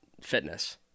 fitness